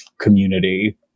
community